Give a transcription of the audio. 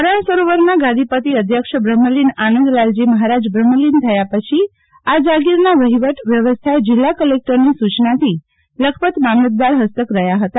નારાયણ સરોવરના ગાદીપતિ અધ્યક્ષ બ્રહ્મલીન આનંદલાલજી મફારાજ બ્રહ્મલીન થયા પછી આ જાગીરના વફીવટ વ્યવસ્થા જિલ્લા કલેક્ટરની સૂચનાથી લખપત મામલતદાર ફસ્તક રહ્યા ફતા